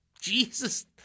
Jesus